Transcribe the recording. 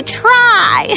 try